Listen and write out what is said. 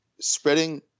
spreading